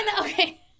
okay